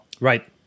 Right